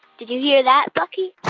did you hear that, bucky?